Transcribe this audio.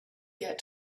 get